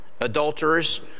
adulterers